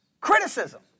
Criticism